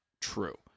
true